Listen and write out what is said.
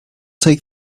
take